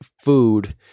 food